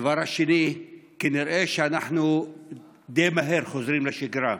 הדבר השני, כנראה אנחנו די מהר חוזרים לשגרה.